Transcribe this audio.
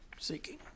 Seeking